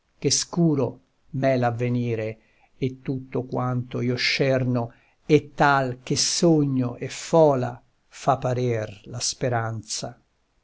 che scuro m'è l'avvenire e tutto quanto io scerno è tal che sogno e fola fa parer la speranza